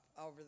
over